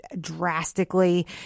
drastically